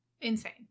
Insane